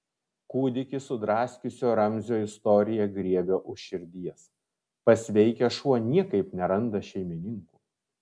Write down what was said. kūdikį sudraskiusio ramzio istorija griebia už širdies pasveikęs šuo niekaip neranda šeimininkų